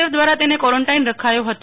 F દ્રારા તેને ક્વોરન્ટાઈન રખાયો હતો